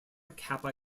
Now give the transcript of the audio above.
kappa